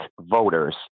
voters